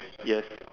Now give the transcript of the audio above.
yes